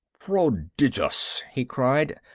prodigious! he cried.